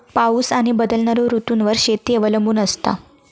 पाऊस आणि बदलणारो ऋतूंवर शेती अवलंबून असता